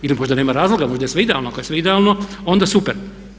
Idem, pošto nema razloga, možda je sve idealno, ako je sve idealno onda super.